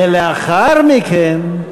ולאחר מכן,